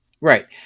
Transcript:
Right